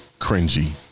cringy